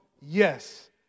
yes